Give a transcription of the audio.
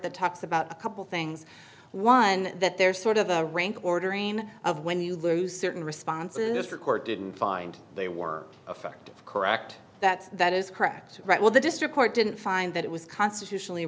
that talks about a couple things one that there's sort of a rank ordering of when you lose certain responses for court didn't find they were affected correct that that is correct right well the district court didn't find that it was constitutionally